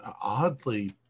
oddly